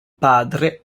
padre